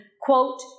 quote